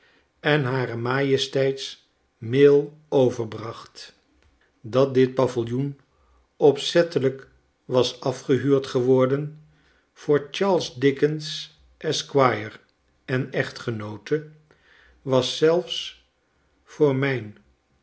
on harer majesteits mail overbracht dat dit paviljoen opzettelijk was afgehuurd eworden voor charles dickens esquire en echtgenoote was zelfs voor mijn